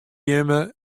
jimme